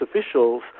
officials